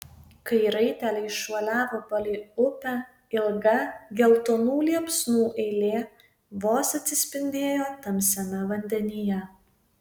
kai raiteliai šuoliavo palei upę ilga geltonų liepsnų eilė vos atsispindėjo tamsiame vandenyje